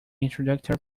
introductory